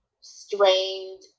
strained